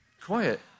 quiet